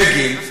בגין,